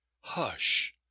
hush